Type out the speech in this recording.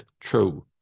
true